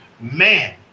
Man